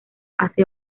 hace